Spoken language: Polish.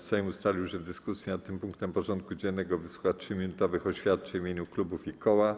Sejm ustalił, że w dyskusji nad tym punktem porządku dziennego wysłucha 3-minutowych oświadczeń w imieniu klubów i koła.